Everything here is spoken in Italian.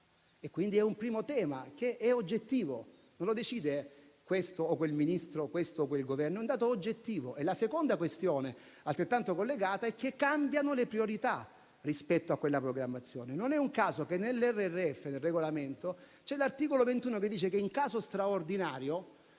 È questo un primo tema che non decide questo o quel Ministro, questo o quel Governo, ma è un dato oggettivo. La seconda questione, altrettanto collegata, è che cambiano le priorità rispetto a quella programmazione. Non è un caso che nel RRF, l'articolo 21 stabilisce che in caso straordinario